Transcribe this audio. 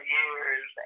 years